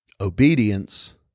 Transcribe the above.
Obedience